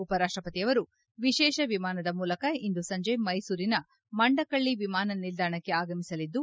ಉಪ ರಾಷ್ಟಪತಿ ಅವರು ವಿಶೇಷ ವಿಮಾನದ ಮೂಲಕ ಇಂದು ಸಂಜೆ ಮೈಸೂರಿನ ಮಂಡಕಳ್ಳಿ ವಿಮಾನ ನಿಲ್ದಾಣಕ್ಕೆ ಆಗಮಿಸಲಿದ್ದು